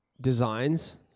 designs